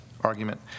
argument